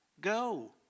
Go